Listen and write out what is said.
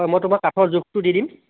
হয় মই তোমাক কাঠৰ জোখটো দি দিম